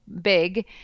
big